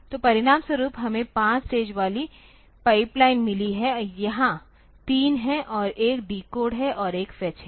तो परिणामस्वरूप हमें 5 स्टेज वाली पाइपलाइन मिली है यहाँ तीन है और एक डीकोड है और एक फेच है